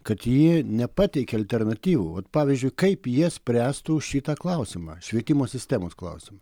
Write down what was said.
kad jie nepateikė alternatyvų ot pavyzdžiui kaip jie spręstų šitą klausimą švietimo sistemos klausimą